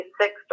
six